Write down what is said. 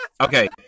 Okay